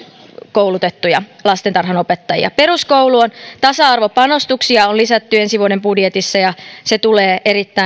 yliopistokoulutettuja lastentarhanopettajia peruskoulun tasa arvopanostuksia on lisätty ensi vuoden budjetissa ja se tulee erittäin